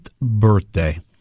birthday